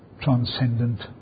transcendent